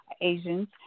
asians